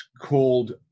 called